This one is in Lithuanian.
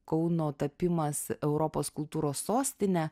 kauno tapimas europos kultūros sostine